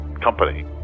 company